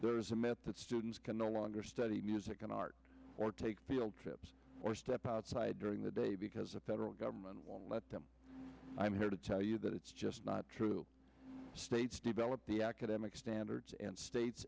there is a myth that students can no longer study music and art or take trips or step outside during the day because the federal government won't let them i'm here to tell you that it's just not true states develop the academic standards and states